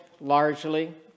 largely